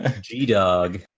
g-dog